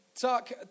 Tuck